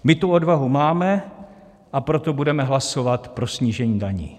My tu odvahu máme, a proto budeme hlasovat pro snížení daní.